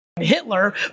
Hitler